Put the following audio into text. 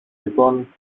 λοιπόν